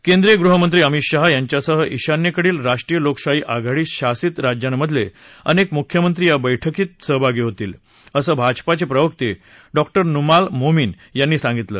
केंद्रीय गृहमंत्री अमित शहा यांच्यासह ईशान्येकडील रालोआ शासित राज्यांमधले अनेक मुख्यमंत्री या बैठकीत सहभागी होतील असं भाजपाचे प्रवक्ते डॉ नूमाल मोमिन यांनी सांगितलं